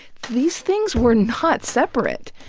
these things were not separate.